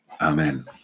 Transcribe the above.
Amen